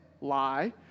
Lie